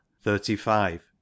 thirty-five